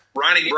Ronnie